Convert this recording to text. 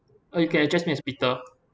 uh you can address me as peter